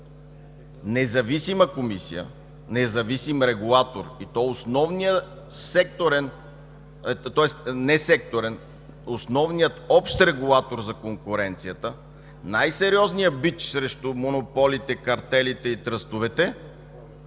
независима комисия, независим регулатор и то основният общ регулатор за конкуренция, най-сериозният бич срещу монополите, картелите и тръстовете,